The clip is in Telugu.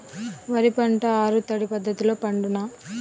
వరి పంట ఆరు తడి పద్ధతిలో పండునా?